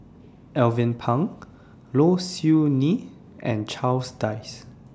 Alvin Pang Low Siew Nghee and Charles Dyce